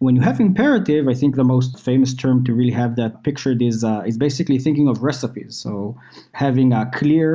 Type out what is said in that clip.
when you have imperative, i think the most famous term to really have that picture this is ah is basically thinking of recipes. so having a clear